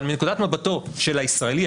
אבל מנקודת מבטו של הישראלי,